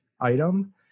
item